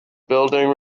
building